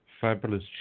fabulous